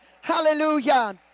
Hallelujah